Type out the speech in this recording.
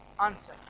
answer